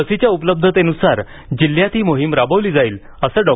लसीच्या उपलब्धतेनुसार जिल्ह्यात ही मोहीम राबवली जाईल असं डॉ